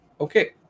okay